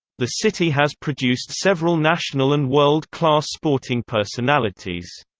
the city has produced several national and world-class sporting personalities.